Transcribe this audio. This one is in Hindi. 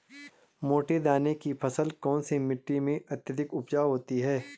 मोटे दाने की फसल कौन सी मिट्टी में अत्यधिक उपजाऊ होती है?